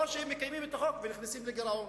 או שהם מקיימים את החוק ונכנסים לגירעון.